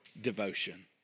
devotion